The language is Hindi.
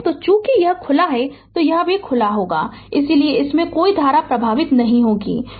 तो चूंकि यह खुला है यह भी खुला है इसलिए इसमें से कोई धारा प्रवाहित नहीं होती है